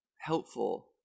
helpful